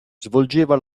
svolgeva